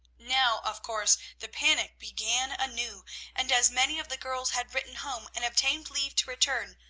now, of course, the panic began anew and as many of the girls had written home and obtained leave to return,